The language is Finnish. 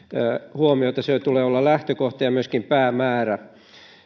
huomiota sen tulee olla lähtökohta ja myöskin päämäärä